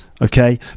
okay